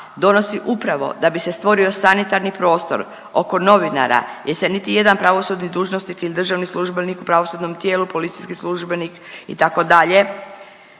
donosi upravo da bi se stvorio sanitarni prostor oko novinara, jer se niti jedan pravosudni dužnosnik ili državni službenik u pravosudnom tijelu, policijski službenik itd.